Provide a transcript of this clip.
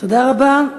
תודה רבה.